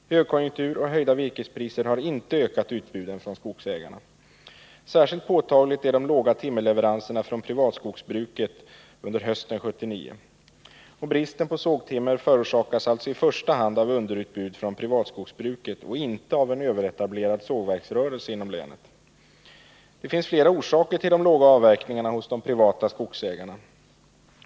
Högkonjunktur och höjda virkespriser har inte ökat utbuden från skogsägarna. Särskilt påtagliga är de små timmerleveranserna från privatskogsbruket under hösten 1979. Bristen på sågtimmer förorsakas av i första hand underutbud från privatskogsbruket och inte av en överetablerad sågverksrörelse inom länet. Det finns flera orsaker till de privata skogsägarnas små avverkningar.